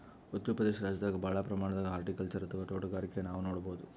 ಉತ್ತರ್ ಪ್ರದೇಶ ರಾಜ್ಯದಾಗ್ ಭಾಳ್ ಪ್ರಮಾಣದಾಗ್ ಹಾರ್ಟಿಕಲ್ಚರ್ ಅಥವಾ ತೋಟಗಾರಿಕೆ ನಾವ್ ನೋಡ್ಬಹುದ್